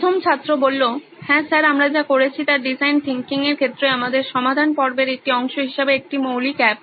প্রথম ছাত্র হ্যাঁ স্যার আমরা যা তৈরি করেছি তা ডিজাইন থিংকিং এর ক্ষেত্রে আমাদের সমাধান পর্বের একটি অংশ হিসাবে একটি মৌলিক অ্যাপ